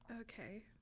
Okay